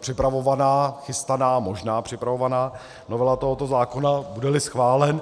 připravovaná, chystaná, možná připravovaná novela tohoto zákona, budeli schválen.